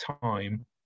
time